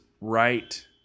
right